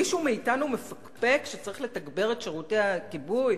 מישהו מאתנו מפקפק שצריך לתגבר את שירותי הכיבוי?